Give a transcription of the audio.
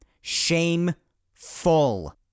Shameful